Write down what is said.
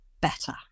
better